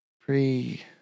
Pre